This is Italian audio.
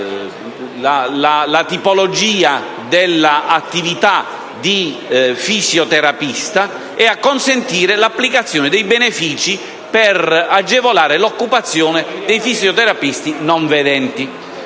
la tipologia dell’attivitadi fisioterapista e a consentire l’applicazione dei benefici per agevolare l’occupazione dei fisioterapisti non vedenti.